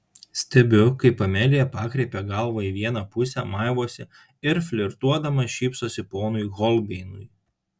stebiu kaip amelija pakreipia galvą į vieną pusę maivosi ir flirtuodama šypsosi ponui holbeinui